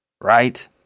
right